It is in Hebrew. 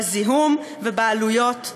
בזיהום ובעלויות המיותרות.